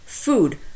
food